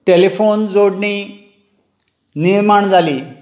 telephone जोडणी निर्माण जाली